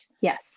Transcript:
Yes